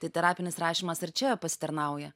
tai terapinis rašymas ir čia pasitarnauja